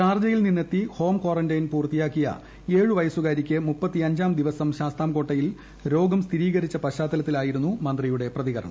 ഷാർജയിൽ നിന്നെത്തി home quarantine പൂർത്തിയാക്കിയ ഏഴ് വയസ്സുകാരിക്ക് മുപ്പത്തഞ്ചാംദിവസം ശാസ്താംകോട്ടയിൽ സ്ഥിരീകരിച്ച രോഗം പശ്ചാത്തലത്തിലായിരുന്നു മന്ത്രിയുടെ പ്പിതികരണം